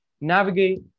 navigate